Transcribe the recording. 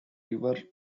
river